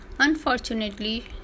Unfortunately